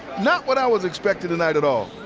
not what i was expecting tonight at all.